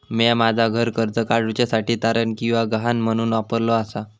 म्या माझा घर कर्ज काडुच्या साठी तारण किंवा गहाण म्हणून वापरलो आसा